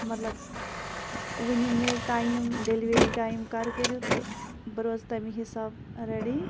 مطلب ؤنِو مےٚ ٹایم ڈیلؤری ٹایم کَر کٔرِو تہٕ بہٕ روزٕ تَمہِ حِساب رٔڈی